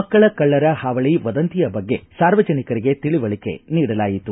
ಮಕ್ಕಳ ಕಳ್ಳರ ಹಾವಳಿ ವದಂತಿಯ ಬಗ್ಗೆ ಸಾರ್ವಜನಿಕರಿಗೆ ತಿಳಿವಳಿಕೆ ನೀಡಲಾಯಿತು